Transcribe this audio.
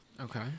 Okay